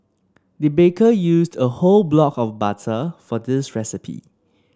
the baker used a whole block of butter for this recipe